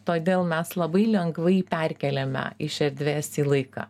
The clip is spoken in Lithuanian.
todėl mes labai lengvai perkeliame iš erdvės į laiką